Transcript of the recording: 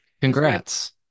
congrats